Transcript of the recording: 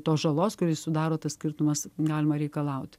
tos žalos kuri sudaro tas skirtumas galima reikalauti